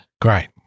Great